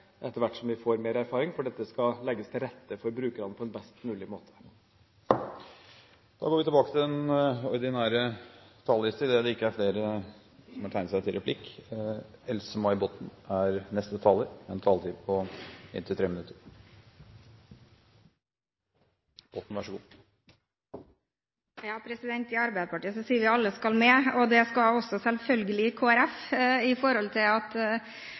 etter hvert som vi får mer erfaring, for dette skal legges til rette for brukerne på en best mulig måte. Replikkordskiftet er dermed omme. De talere som heretter får ordet, har en taletid på inntil 3 minutter. I Arbeiderpartiet sier vi at alle skal med. Det skal selvfølgelig også Kristelig Folkeparti, for de støtter at Patentstyrets direktør skal ansettes på åremål – så er det rettet opp. Det er også